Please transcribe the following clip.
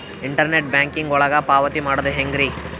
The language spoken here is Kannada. ಇಂಟರ್ನೆಟ್ ಬ್ಯಾಂಕಿಂಗ್ ಒಳಗ ಪಾವತಿ ಮಾಡೋದು ಹೆಂಗ್ರಿ?